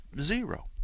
Zero